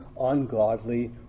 ungodly